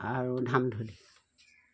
আৰু ধামঠুটি